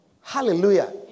Hallelujah